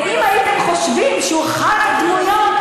ואם הייתם חושבים שהוא אחת הדמויות,